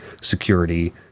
security